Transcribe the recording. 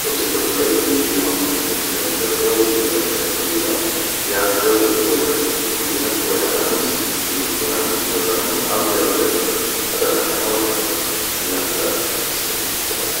شوف تقبض خيط من جيهة و خيط من جيهة زاوجة, و دير العقدة اللولة, عاود زاوجة تطوي الخيط كل جيهة تطيها على النص, اللولة على النص و الزاوجة على النص, تعاود دير عقدة زاوجة, هادا ماكان, و راك بلعت سبردينة تاعك